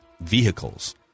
vehicles